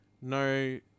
no